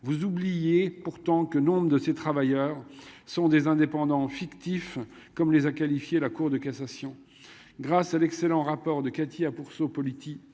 vous oubliez pourtant que nombre de ces travailleurs sont des indépendants fictif, comme les a qualifiés. La Cour de cassation. Grâce à l'excellent rapport de Katy ah pour politi